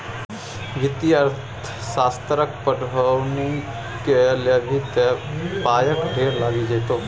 वित्तीय अर्थशास्त्रक पढ़ौनी कए लेभी त पायक ढेर लागि जेतौ